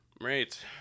Right